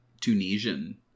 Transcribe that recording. Tunisian